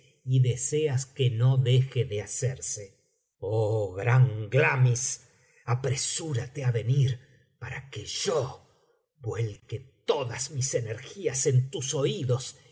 y deseas que no deje de hacerse oh gran glamis apresúrate á venir para que yo vuelque todas mis energías en tus oídos